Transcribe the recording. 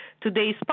today's